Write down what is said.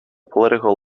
political